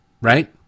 Right